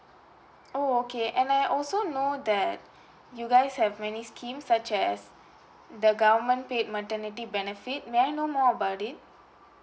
oh okay and I also know that you guys have many schemes such as the government paid maternity benefit may I know more about it